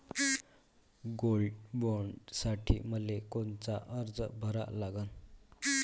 Gold बॉण्डसाठी मले कोनचा अर्ज भरा लागन?